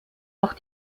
auch